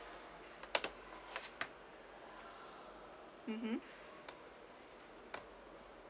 mm